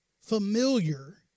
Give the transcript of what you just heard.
familiar